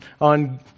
on